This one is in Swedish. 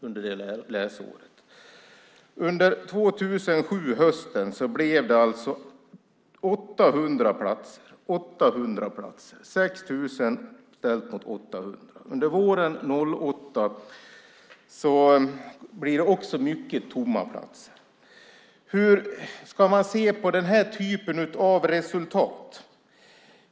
Under hösten 2007 blev det alltså 800 platser - 6 000 ställt mot 800. Under våren 2008 blir det också många tomma platser. Hur ska man se på den typen av resultat?